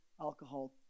alcohol